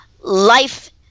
life